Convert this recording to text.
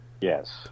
Yes